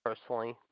personally